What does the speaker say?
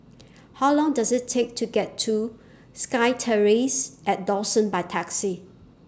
How Long Does IT Take to get to SkyTerrace At Dawson By Taxi